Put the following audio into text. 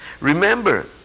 Remember